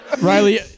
Riley